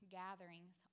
gatherings